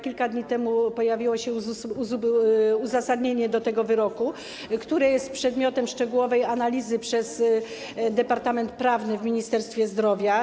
Kilka dni temu pojawiło się uzasadnienie tego wyroku, które jest przedmiotem szczegółowej analizy przeprowadzanej przez Departament Prawny w Ministerstwie Zdrowia.